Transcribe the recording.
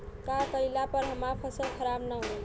का कइला पर हमार फसल खराब ना होयी?